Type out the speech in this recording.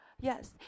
Yes